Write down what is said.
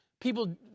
people